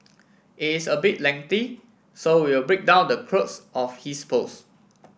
is a bit lengthy so we'll break down the crux of his post